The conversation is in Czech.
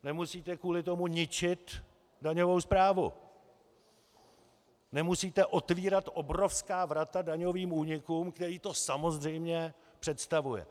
Nemusíte kvůli tomu ničit daňovou správu, nemusíte otevírat obrovská vrata daňovým únikům, které to samozřejmě představuje.